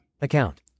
Account